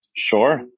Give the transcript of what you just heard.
Sure